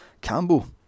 Campbell